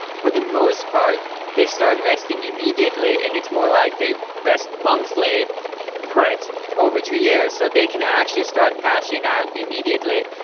for the most part they start vesting immediately and it's more like they vest monthly right over two years. so they can actually start cashing out immediately.